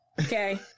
Okay